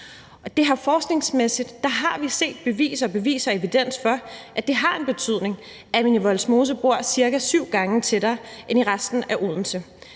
Forskningsmæssigt har vi set beviser og evidens for, at det har en betydning, at man i Vollsmose bor cirka syv gange tættere end i resten af Odense.